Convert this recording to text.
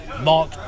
Mark